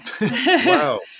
Wow